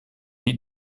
lit